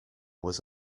was